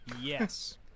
Yes